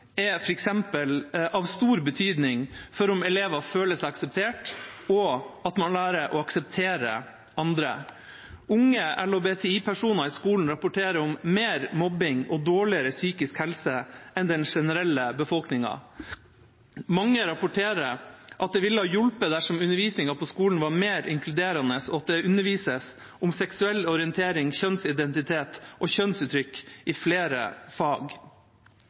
er f.eks. av stor betydning for om elever føler seg akseptert og lærer å akseptere andre. Unge LHBTI-personer i skolen rapporterer om mer mobbing og dårligere psykisk helse enn den generelle befolkningen. Mange rapporterer at det ville ha hjulpet dersom undervisningen på skolen var mer inkluderende, og om det ble undervist om seksuell orientering, kjønnsidentitet og kjønnsuttrykk i flere fag.